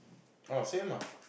oh same ah